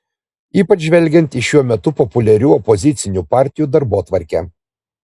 ypač žvelgiant į šiuo metu populiarių opozicinių partijų darbotvarkę